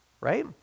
right